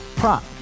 Prop